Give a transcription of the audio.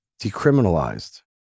decriminalized